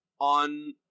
on